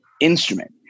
instrument